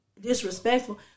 disrespectful